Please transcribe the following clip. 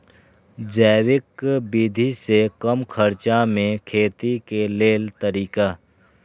जैविक विधि से कम खर्चा में खेती के लेल तरीका?